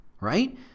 Right